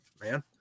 man